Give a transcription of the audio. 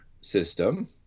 system